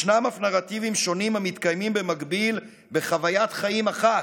יש אף נרטיבים שונים המתקיימים במקביל בחוויית חיים אחת,